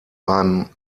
einem